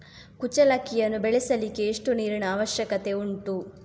ಕುಚ್ಚಲಕ್ಕಿಯನ್ನು ಬೆಳೆಸಲಿಕ್ಕೆ ಎಷ್ಟು ನೀರಿನ ಅವಶ್ಯಕತೆ ಉಂಟು?